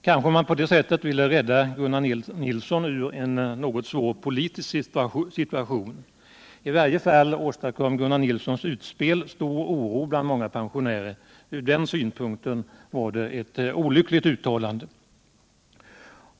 Kanske man på det sättet ville rädda Gunnar Nilsson ur en svår politisk situation? I varje fall åstadkom Gunnar Nilssons utspel stor oro bland många pensionärer. Ur den synvinkeln var det ett olyckligt uttalande.